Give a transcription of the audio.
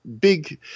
big